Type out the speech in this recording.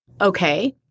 Okay